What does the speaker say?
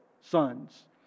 sons